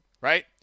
right